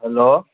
hello